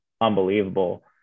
unbelievable